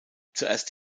zuerst